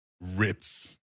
Rips